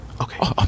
okay